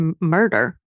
murder